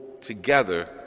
together